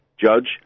judge